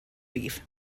beef